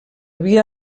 via